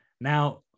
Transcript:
now